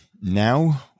Now